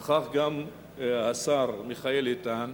נכח גם השר מיכאל איתן,